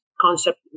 concept